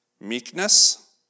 meekness